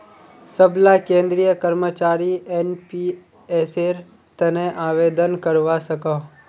सबला केंद्रीय कर्मचारी एनपीएसेर तने आवेदन करवा सकोह